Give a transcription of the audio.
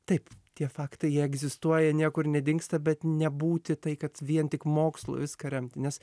taip tie faktai jie egzistuoja niekur nedingsta bet nebūti tai kad vien tik mokslu viską remti nes